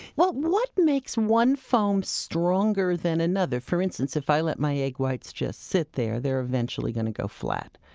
what what makes one foam stronger than another? for instance, if i let my egg whites just sit there, they're eventually going to go flat.